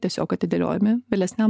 tiesiog atidėliojami vėlesniam